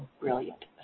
brilliant